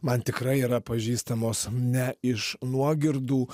man tikrai yra pažįstamos ne iš nuogirdų